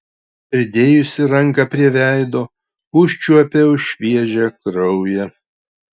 pridėjusi ranką prie veido užčiuopiau šviežią kraują